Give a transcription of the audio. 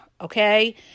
okay